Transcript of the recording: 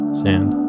sand